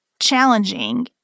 challenging